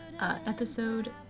episode